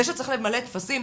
זה שצריך למלא טפסים,